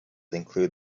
include